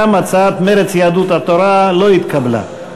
גם הצעת מרצ ויהדות התורה לא התקבלה.